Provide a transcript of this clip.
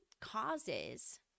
causes